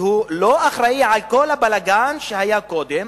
והוא לא אחראי לכל הבלגן שהיה קודם.